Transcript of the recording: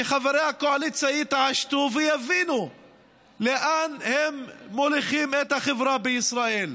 שחברי הקואליציה יתעשתו ויבינו לאן הם מוליכים את החברה בישראל.